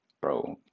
bro